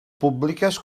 públiques